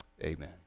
Amen